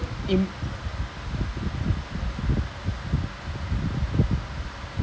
ஆமா தமிழ் தான் நினைக்கிறேன்:aamaa tamil thaan ninaikkiraen like ஒரு:oru example போட்ருக்காங்க:pottrukkaanga like which page it is ah